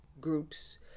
groups